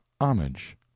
homage